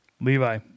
Levi